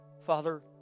Father